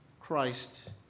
Christ